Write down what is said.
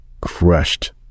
crushed